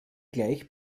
gleich